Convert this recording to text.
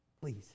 Please